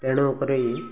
ତେଣୁ କରି